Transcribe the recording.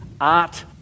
art